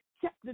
chapter